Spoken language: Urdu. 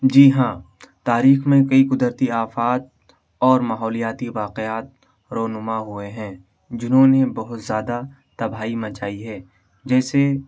جی ہاں تاریخ میں کئی قدرتی آفات اور ماحولیاتی واقعات رونما ہوئے ہیں جنہوں نے بہت زیادہ تباہی مچائی ہے جیسے